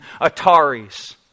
Ataris